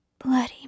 Bloody